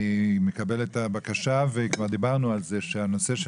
אני מקבל את הבקשה וכבר דיברנו על זה שהנושא של